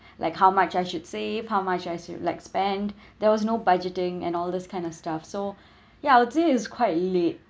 like how much I should save how much I should like spend there was no budgeting and all this kind of stuff so yeah this is quite elite